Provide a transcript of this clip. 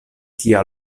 tia